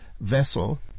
vessel